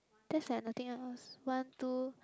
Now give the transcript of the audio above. there's like nothing else one two